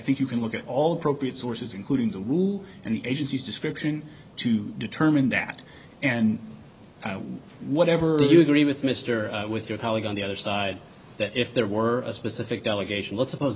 think you can look at all appropriate sources including the rule and agencies description to determine that and whatever you agree with mr with your colleague on the other side that if there were a specific allegation let's suppose